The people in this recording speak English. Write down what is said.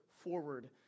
forward